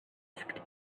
asked